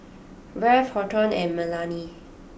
Rafe Horton and Melany